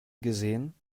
gesehen